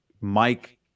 Mike